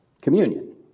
Communion